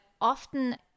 often